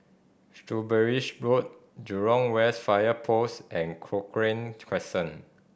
Shrewsbury Road Jurong West Fire Post and Cochrane Crescent